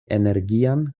energian